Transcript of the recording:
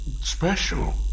special